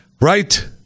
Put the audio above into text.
right